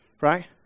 Right